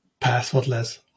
passwordless